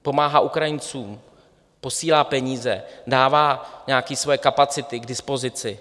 Pomáhá Ukrajincům, posílá peníze, dává nějaké své kapacity k dispozici.